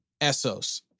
Essos